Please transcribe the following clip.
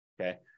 okay